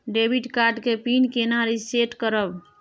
Debit card के pin केना reset करब?